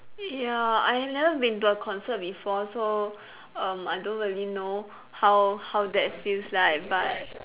ya I have never been to a concert before so um I don't really know how how that feels like but